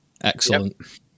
Excellent